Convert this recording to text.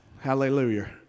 Hallelujah